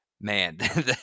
man